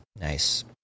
Nice